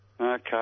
Okay